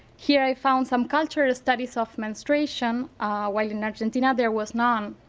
here i found some contrary studies of menstruation while in argentina there was none.